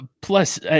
plus